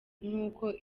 nk’uko